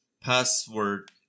password